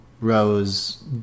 Rose